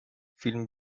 فیلم